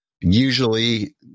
Usually